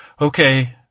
Okay